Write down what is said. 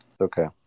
Okay